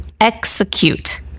Execute